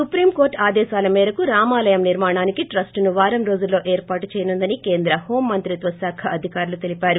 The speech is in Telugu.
సుప్రీంకోర్లు ఆదేశాల మేరకు రామాలయం నిర్మాణానికి ట్రస్టును వారం రోజుల్లో ఏర్పాటు చేయనుందని కేంద్ర హోం మంత్రిత్వశాఖ అధికారులు తెలిపారు